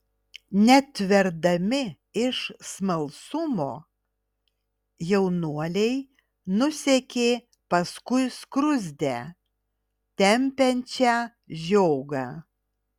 netverdami iš smalsumo jaunuoliai nusekė paskui skruzdę tempiančią žiogą